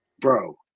Bro